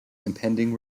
impending